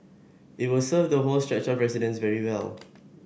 it will serve the whole stretch of residents very well